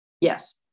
Yes